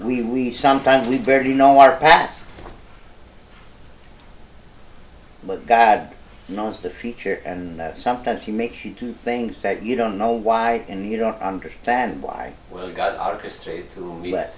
we we sometimes we barely know our paths but god knows the future and sometimes he makes you do things that you don't know why and you don't understand why